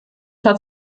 hat